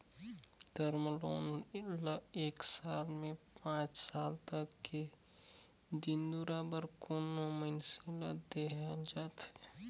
term loan ल एक साल ले पांच साल तक के दिन दुरा बर कोनो मइनसे ल देहल जाथे